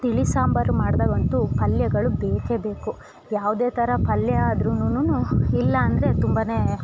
ತಿಳಿ ಸಾಂಬಾರು ಮಾಡ್ದಾಗಂತು ಪಲ್ಯಗಳು ಬೇಕೇ ಬೇಕು ಯಾವುದೇ ಥರ ಪಲ್ಯ ಆದ್ರೂನೂನು ಇಲ್ಲ ಅಂದರೆ ತುಂಬಾ